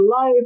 life